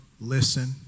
listen